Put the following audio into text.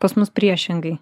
pas mus priešingai